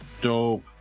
Dope